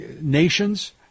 nations